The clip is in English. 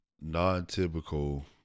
non-typical